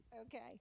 okay